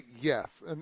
Yes